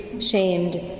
shamed